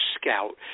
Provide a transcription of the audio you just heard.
scout